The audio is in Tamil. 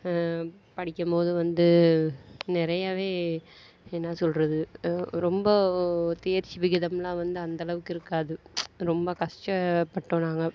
படிக்கும் போது வந்து நிறையாவே என்ன சொல்கிறது ரொம்ப ஒரு தேர்ச்சி விகிதமெலாம் வந்து அந்த அளவுக்கு இருக்காது ரொம்ப கஷ்டப்பட்டோம் நாங்கள்